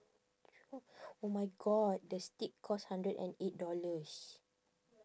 true oh my god the steak cost hundred and eight dollars